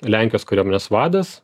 lenkijos kariuomenės vadas